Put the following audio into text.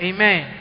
Amen